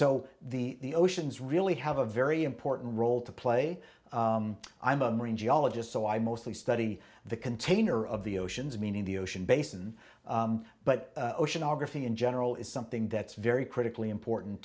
so the oceans really have a very important role to play i'm a marine geologist so i mostly study the container of the oceans meaning the ocean basin but oceanography in general is something that's very critically important